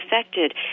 affected